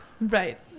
Right